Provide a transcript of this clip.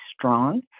strong